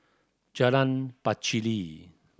Jalan Pacheli